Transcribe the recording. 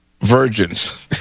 virgins